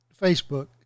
Facebook